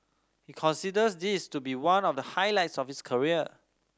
he considers this to be one of the highlights of his career